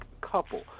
Couple